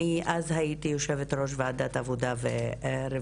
אז הייתי יושבת ראש וועדת העבודה והרווחה,